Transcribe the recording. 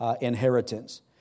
inheritance